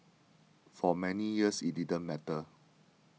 for many years it didn't matter